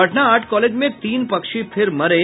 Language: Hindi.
पटना आर्ट कॉलेज में तीन पक्षी फिर मरे